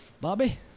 Bobby